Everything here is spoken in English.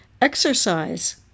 Exercise